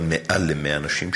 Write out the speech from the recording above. אבל יותר מ-100 נשים,